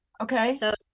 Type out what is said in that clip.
Okay